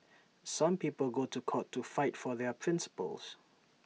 some people go to court to fight for their principles